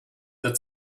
der